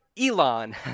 Elon